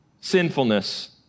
sinfulness